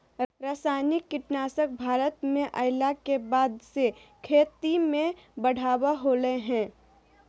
रासायनिक कीटनासक भारत में अइला के बाद से खेती में बढ़ावा होलय हें